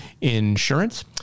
Insurance